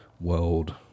world